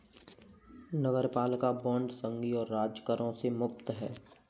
नगरपालिका बांड संघीय और राज्य करों से मुक्त हैं